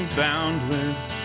boundless